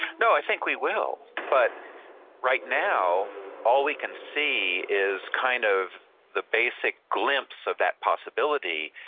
no, i think we will, but right now all we can see is kind of the basic glimpse of that possibility.